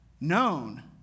known